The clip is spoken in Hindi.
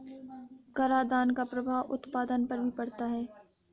करादान का प्रभाव उत्पादन पर भी पड़ता है